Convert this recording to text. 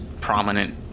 prominent